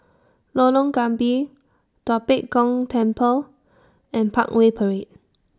Lorong Gambir Tua Pek Kong Temple and Parkway Parade